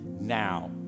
now